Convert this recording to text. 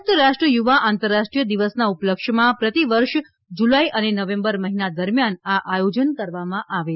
સંયુક્ત રાષ્ટ્ર યુવા આંતરરાષ્ટ્રીય દિવસના ઉપલક્ષ્યમાં પ્રતિવર્ષ જુલાઇ અને નવેમ્બર મહિના દરમિયાન આ આયોજન કરવામાં આવે છે